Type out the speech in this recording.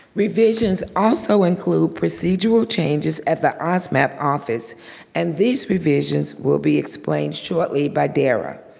revisions also include procedural changes at the osmap office and these revisions will be explained shortly by dara.